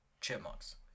chipmunks